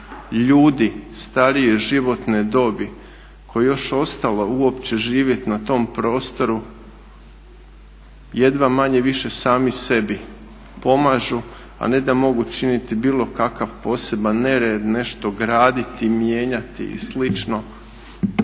ljudi starije životne dobi koje je još ostalo uopće živjeti na tom prostoru jedva manje-više sami sebi pomažu, a ne da mogu činiti bilo kakav poseban nered, nešto graditi, mijenjati i